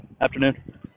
afternoon